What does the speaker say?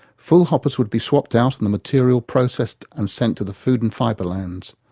full hoppers would be swapped out and the material processed and sent to the food and fibre lands.